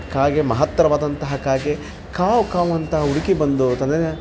ಕಾಗೆ ಮಹತ್ತರವಾದಂತಹ ಕಾಗೆ ಕಾವ್ ಕಾವ್ ಅಂತ ಹುಡುಕಿ ಬಂದು ತನ್ನದೇ